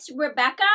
Rebecca